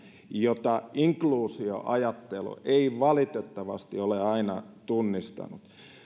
jota inkluusioajattelu ei valitettavasti ole aina tunnistanut